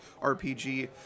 RPG